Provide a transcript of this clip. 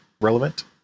relevant